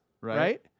right